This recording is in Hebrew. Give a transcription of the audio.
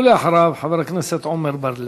ואחריו, חבר הכנסת עמר בר-לב.